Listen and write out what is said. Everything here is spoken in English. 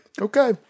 okay